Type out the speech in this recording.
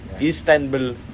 Istanbul